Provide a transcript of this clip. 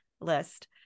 list